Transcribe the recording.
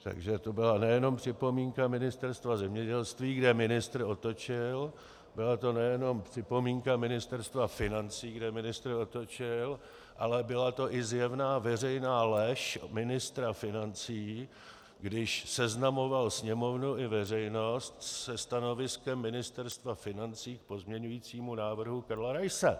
Takže to byla nejenom připomínka Ministerstva zemědělství, kde ministr otočil, byla to nejenom připomínka Ministerstva financí, kde ministr otočil, ale byla to i zjevná veřejná lež ministra financí, když seznamoval Sněmovnu i veřejnost se stanoviskem Ministerstva financí k pozměňovacímu návrhu Karla Raise.